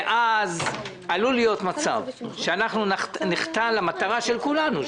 עלול להיות מצב שאנחנו נחטא למטרה של כולנו,